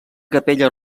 capella